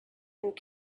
and